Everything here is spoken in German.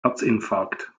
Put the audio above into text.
herzinfarkt